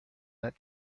that